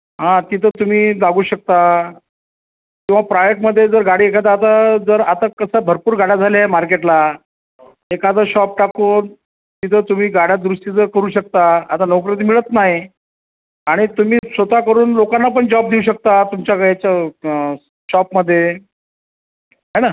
तिथं तुम्ही लागू शकता किंवा प्रायव्हेटमध्ये जर गाडी एखादा आता जर आता कसं भरपूर गाड्या झाल्या आहे मार्केटला एखादं शॉप टाकून तिथं तुम्ही गाड्या दुरुस्ती जर करू शकता आता नोकरी तर मिळत नाही आणि तुम्ही स्वतःकडून लोकांना पण जॉब देऊ शकता तुमच्या याच्या शॉपमध्ये हो ना